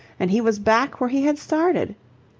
and he was back where he had started.